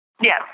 Yes